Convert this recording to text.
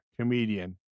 comedian